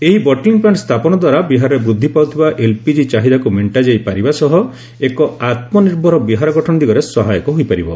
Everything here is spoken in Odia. ଏହି ବଟଲିଂ ପ୍ଲାର୍କ୍ଷ ସ୍ଥାପନ ଦ୍ୱାରା ବିହାରରେ ବୃଦ୍ଧି ପାଉଥିବା ଏଲ୍ପିଜି ଚାହିଦାକୁ ମେଷ୍ଟାଯାଇ ପାରିବ ସହ ଏକ ଆତ୍ମନିର୍ଭର ବିହାର ଗଠନ ଦିଗରେ ସହାୟକ ହୋଇପାରିବ